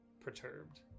perturbed